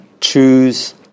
Choose